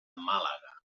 màlaga